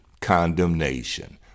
condemnation